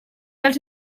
dels